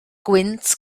gwynt